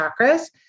chakras